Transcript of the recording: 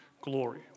glory